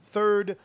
Third